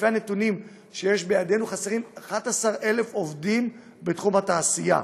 לפי הנתונים שיש בידינו חסרים 11,000 עובדים בתחום התעשייה,